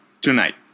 Tonight